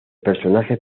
personajes